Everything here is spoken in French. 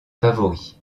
favori